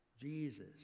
Jesus